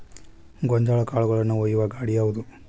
ಗೋಂಜಾಳ ಕಾಳುಗಳನ್ನು ಒಯ್ಯುವ ಗಾಡಿ ಯಾವದು?